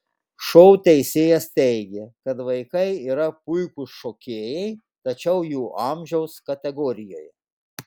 šou teisėjas teigė kad vaikai yra puikūs šokėjai tačiau jų amžiaus kategorijoje